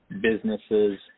businesses